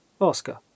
Oscar